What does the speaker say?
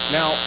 Now